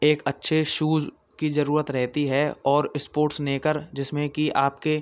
एक अच्छे शूज़ की ज़रूरत रहती है और इस्पोट्स नेकर जिसमें कि आपके